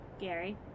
Gary